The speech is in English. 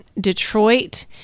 Detroit